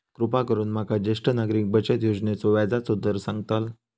कृपा करून माका ज्येष्ठ नागरिक बचत योजनेचो व्याजचो दर सांगताल